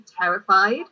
terrified